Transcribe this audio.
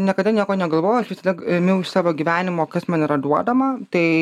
niekada nieko negalvoju aš visada ėmiau iš savo gyvenimo kas man yra duodama tai